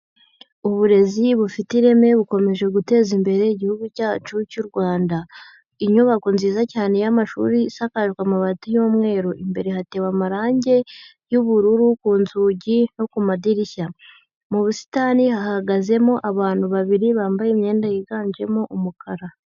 Uburezi bufite ireme bukomeje guteza imbere igihugu cyacu cy'u Rwanda, inyubako nziza cyane y'amashuri, isakajwe amabati y'umweru, imbere hatewe amarangi y'ubururu ku nzugi no ku madirishya, mu busitani hahagazemo abantu babiri bambaye imyenda yiganjemo umukara.